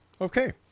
Okay